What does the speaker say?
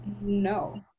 no